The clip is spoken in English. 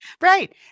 Right